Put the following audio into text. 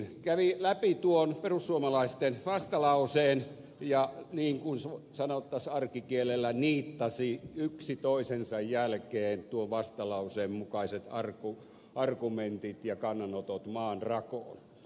järvinen kävi läpi tuon perussuomalaisten vastalauseen ja niin kuin sanottaisiin arkikielellä niittasi yksi toisensa jälkeen tuon vastalauseen mukaiset argumentit ja kannanotot maanrakoon